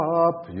up